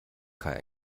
kai